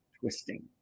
twisting